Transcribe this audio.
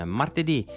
martedì